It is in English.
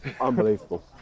Unbelievable